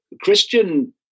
Christian